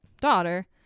daughter